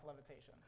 levitation